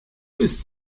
ist